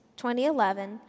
2011